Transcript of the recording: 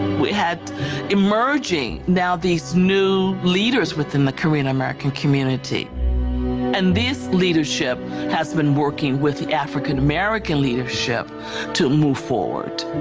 we had emerging now these new leaders within the korean american community and this leadership has been working with african american leadership to move forward.